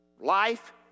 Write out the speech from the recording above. Life